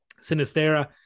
Sinistera